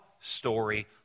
story